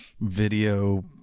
video